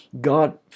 God